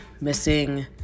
missing